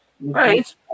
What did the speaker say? right